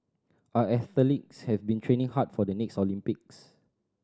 our athletes have been training hard for the next Olympics